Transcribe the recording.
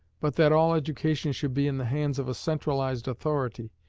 but that all education should be in the hands of a centralized authority,